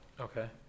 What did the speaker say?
Okay